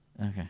Okay